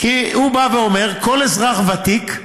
כל אזרח ותיק,